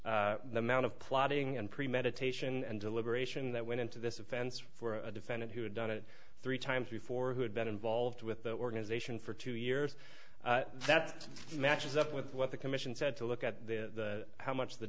noted the amount of plotting and premeditation and deliberation that went into this offense for a defendant who had done it three times before who had been involved with the organization for two years that matches up with what the commission said to look at the how much the